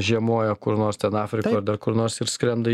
žiemoja kur nors ten afrikoj ar dar kur nors ir skrenda